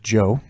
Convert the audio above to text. Joe